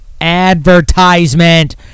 advertisement